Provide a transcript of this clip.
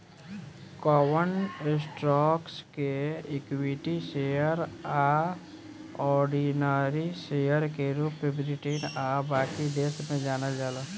कवन स्टॉक्स के equity share आ ऑर्डिनरी शेयर के रूप में ब्रिटेन आ बाकी देश में जानल जाला